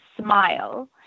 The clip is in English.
smile